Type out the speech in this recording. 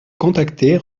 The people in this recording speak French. contacter